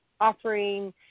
offering